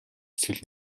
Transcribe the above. эсвэл